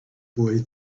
boy